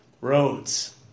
Roads